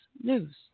news